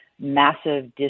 massive